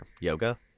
Yoga